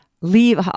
leave